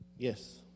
yes